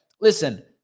Listen